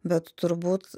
bet turbūt